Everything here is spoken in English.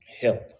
help